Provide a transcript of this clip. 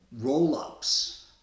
roll-ups